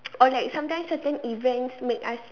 or like sometimes certain events make us